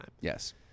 Yes